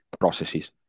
processes